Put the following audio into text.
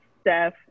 Steph